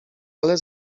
ale